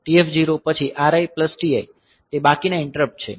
તેથી INT0 TF0 પછી RI TI તે બાકીના ઈંટરપ્ટ છે